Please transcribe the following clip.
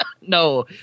No